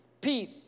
Pete